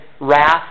wrath